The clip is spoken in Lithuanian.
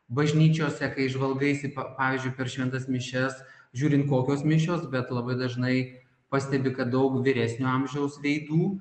bažnyčiose kai žvalgaisi pa pavyzdžiui per šventas mišias žiūrint kokios mišios bet labai dažnai pastebi kad daug vyresnio amžiaus veidų